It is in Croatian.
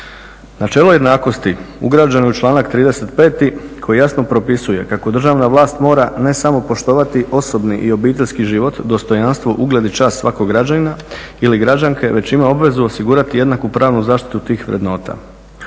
Načelo jednakosti ugrađeno je u članak 35.koji jasno propisuje kako državna vlast mora ne samo poštovati osobni i obiteljski život, dostojanstvo, ugled i čast svakog građanina ili građanke već ima obvezu osigurati jednaku pravnu zaštitu tih vrednota.